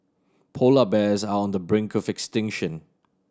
polar bears are on the brink of extinction